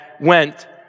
went